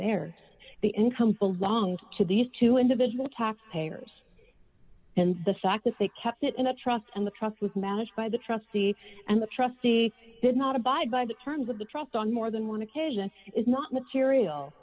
there the income belongs to these two individual tax payers and the fact that they kept it in a trust and the trust was managed by the trustee and the trustee did not abide by the terms of the trust on more than one occasion is not material